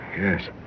Yes